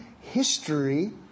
history